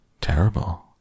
Terrible